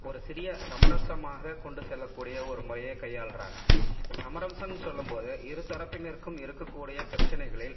ஒரு சிறிய சமரசமாக கொண்டு செல்லக்கூடிய ஒரு முறையை கையாள்கிறாங்க சமரசம்ன் சொல்லும்போது இருதரப்பினருக்கும் இருக்கக்கூடிய பிரச்சினைகளில்